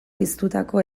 piztutako